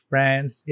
France